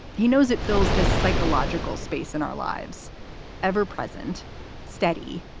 he knows it fills this psychological space in our lives ever present steady.